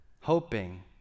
Hoping